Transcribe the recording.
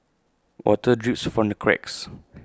water drips from the cracks